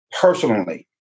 personally